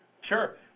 Sure